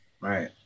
right